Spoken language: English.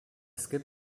skip